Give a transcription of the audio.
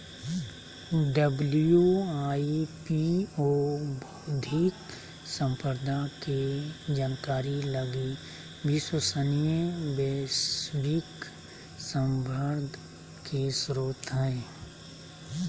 WIPO बौद्धिक संपदा के जानकारी लगी विश्वसनीय वैश्विक संदर्भ के स्रोत हइ